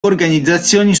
organizzazioni